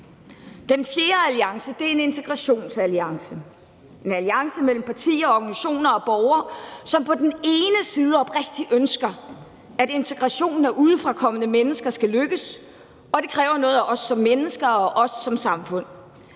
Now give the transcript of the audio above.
Den fjerde alliance er en integrationsalliance: en alliance mellem partier, organisationer og borgere, som på den ene side oprigtigt ønsker, at integrationen af udefrakommende mennesker skal lykkes, og at det kræver noget af os som mennesker og som samfund,